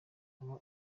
uba